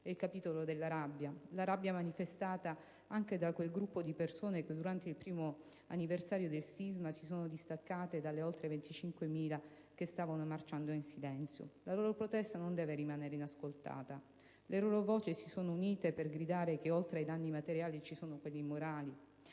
presunte e della rabbia manifestata anche da quel gruppo di persone che durante il primo anniversario del sisma si sono distaccate dalle oltre 25.000 che stavano marciando in silenzio. La loro protesta non deve restare inascoltata; le loro voci si sono unite per gridare che oltre ai danni materiali ci sono quelli morali,